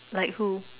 like who